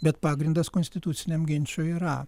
bet pagrindas konstituciniam ginčui yra